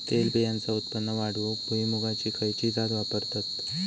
तेलबियांचा उत्पन्न वाढवूक भुईमूगाची खयची जात वापरतत?